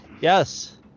Yes